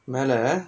மேல:maela